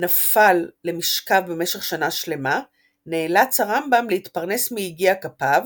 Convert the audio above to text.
נפל למשכב במשך שנה שלמה - נאלץ הרמב"ם להתפרנס מיגיע כפיו,